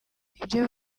ibyo